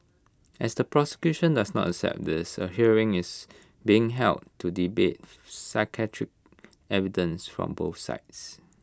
as the prosecution does not accept this A hearing is being held to debate psychiatric evidence from both sides